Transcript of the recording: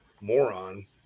moron